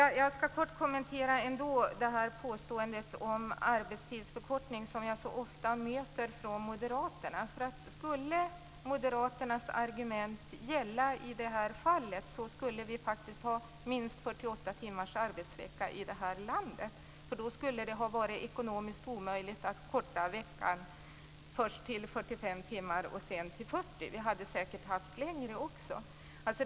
Jag ska kort kommentera påståendet om arbetstidsförkortning som jag så ofta möter från moderaterna. Skulle moderaternas argument gälla i det här fallet skulle vi faktiskt ha minst 48 timmars arbetsvecka i det här landet. Då skulle det ha varit ekonomiskt omöjligt att korta arbetsveckan först till 45 timmar och sedan till 40 timmar. Vi hade säkert också haft längre arbetsvecka.